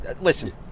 Listen